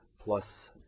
plus